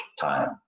time